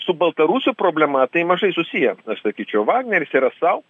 su baltarusių problema tai mažai susiję aš sakyčiau vagneris yra sau